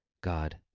God